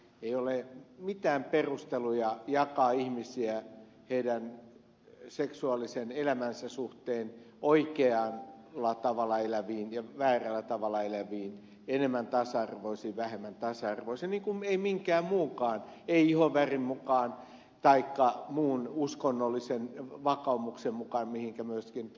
ei ole mitään perusteluja jakaa ihmisiä heidän seksuaalisen elämänsä suhteen oikealla tavalla eläviin ja väärällä tavalla eläviin enemmän tasa arvoisiin ja vähemmän tasa arvoisiin niin kuin ei minkään muunkaan ei ihonvärin mukaan taikka muun uskonnollisen vakaumuksen mukaan mihinkä myöskin ed